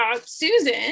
Susan